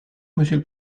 monsieur